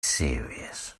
serious